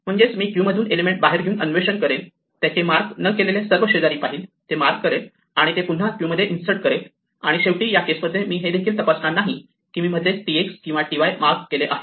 म्हणजेच मी क्यू मधून एलिमेंट बाहेर घेऊन अन्वेषण करेल त्याचे मार्क न केलेले सर्व शेजारी पाहिल ते मार्क करेल आणि ते पुन्हा क्यू मध्ये इन्सर्ट करेल आणि शेवटी या केस मध्ये मी हे देखील तपासणार नाही की मी मध्येच tx किंवा ty मार्क केले आहे